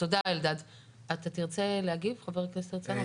אתה תרצה להגיב, חבר הכנסת הרצנו?